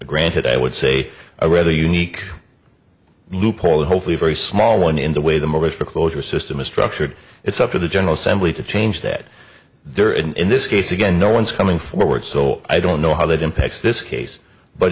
granted i would say i rather unique loophole hopefully very small one in the way the members for closure system is structured it's up to the general assembly to change that there and in this case again no one's coming forward so i don't know how that impacts this case but